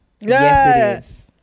Yes